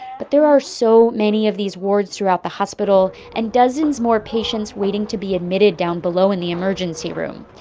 but there are so many of these wards throughout the hospital and dozens more patients waiting to be admitted down below in the emergency room.